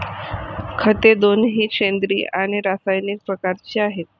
खते दोन्ही सेंद्रिय आणि रासायनिक प्रकारचे आहेत